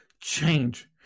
change